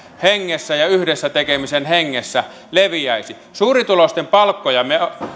hengessä ja yhdessä tekemisen hengessä leviäisi suurituloisten palkkojen